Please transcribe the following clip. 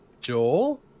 Joel